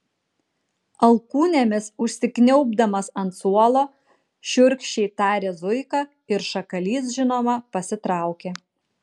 alkūnėmis užsikniaubdamas ant suolo šiurkščiai tarė zuika ir šakalys žinoma pasitraukė